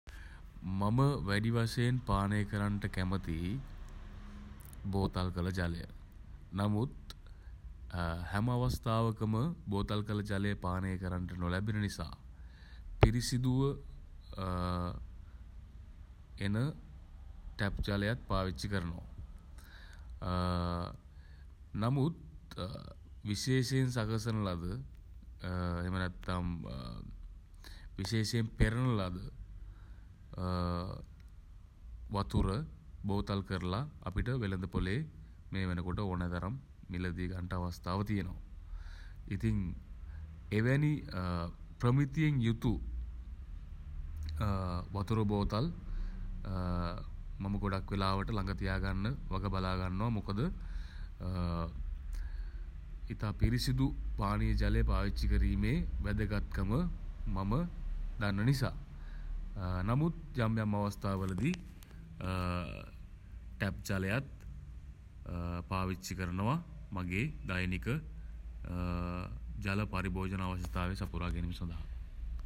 මම වැඩි වශයෙන් පානය කරන්න කැමති බෝතල් කළ ජලය. නමුත් හැම අවස්ථාවකම බෝතල් කළ ජලය පානය කරන්න නොලැබෙන නිසා පිරිසිදුව එන ටැප් ජලයත් පාවිච්චි කරනවා. නමුත් විශේෂයෙන් සකසන ලද එහෙම නැත්නම් විශේෂයෙන් පෙරන ලද වතුර බෝතල් කරලා අපිට වෙළඳපොලේ මේ වන කොට ඕනෑතරම් මිළදී ගන්න අවස්ථාව තියෙනවා. ඉතින් එවැනි ප්‍රමිතියෙන් යුතු වතුර බෝතල් මම ගොඩක් වෙලාවට ළඟ තියා ගන්න වග බලා ගන්නවා. මොකද ඉතා පිරිසිදු පානීය ජලය පාවිච්චි කිරීමේ වැදගත්කම මම දන්න නිසා නමුත් යම් යම් අවස්ථාවලදී ටැප් ජලයත් පාවිච්චි කරනවා මගේ දෛනික ජල පරිභෝජන අවශ්‍යතාවය සපුරා ගැනීම සඳහා.